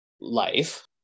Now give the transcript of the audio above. life